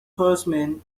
horsemen